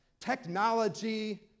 technology